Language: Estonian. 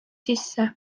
sisse